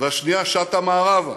והשנייה שטה מערבה,